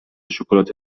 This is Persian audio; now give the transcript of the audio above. شکلات